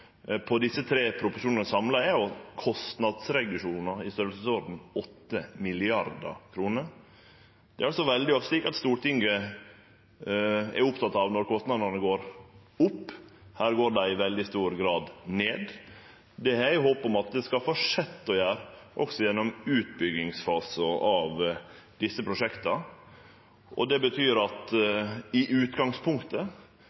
på desse tre proposisjonane samla er kostnadsreduksjonar i storleiksordenen 8 mrd. kr. Det er veldig ofte slik at Stortinget er oppteke av kostnadane når dei går opp. Her går dei i veldig stor grad ned, og det har eg håp om at dei skal fortsetje å gjere, òg gjennom utbyggingsfasen av desse prosjekta. Det betyr at